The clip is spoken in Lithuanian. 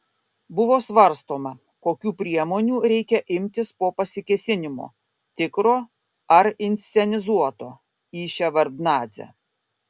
buvo svarstoma kokių priemonių reikia imtis po pasikėsinimo tikro ar inscenizuoto į ševardnadzę